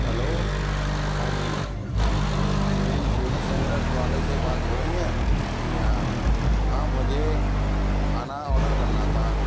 hello हाँ जी मेरी श्विग्गी सेंटर वाले से बात हो रही है जी हाँ हाँ मुझे खाना ऑर्डर करना था